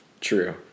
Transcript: true